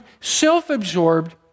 self-absorbed